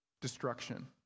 destruction